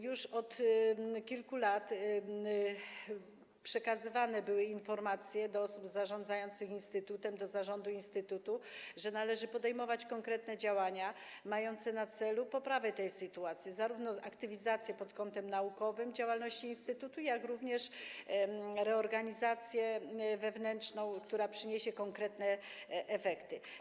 Już od kilku lat przekazywane były do osób zarządzających instytutem, do zarządu instytutu informacje, że należy podejmować konkretne działania mające na celu poprawę tej sytuacji - zarówno aktywizację pod kątem naukowym działalności instytutu, jak i reorganizację wewnętrzną, która przyniesie konkretne efekty.